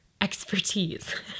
expertise